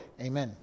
Amen